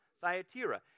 Thyatira